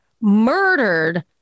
murdered